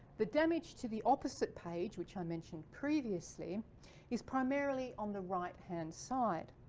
the damage to the opposite page which i mentioned previously is primarily on the right hand side.